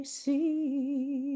see